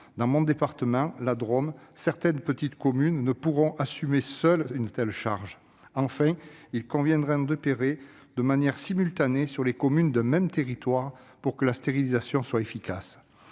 Dans mon département, la Drôme, certaines petites communes ne pourront pas assumer seules une telle charge. Enfin, il conviendrait d'opérer de manière simultanée sur les communes d'un même territoire pour que la stérilisation soit efficace.